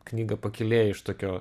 knygą pakylėja iš tokio